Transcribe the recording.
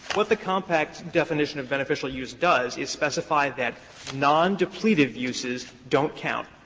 what the compact's definition of beneficial use does is specify that nondepletive uses don't count.